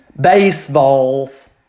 baseballs